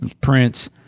Prince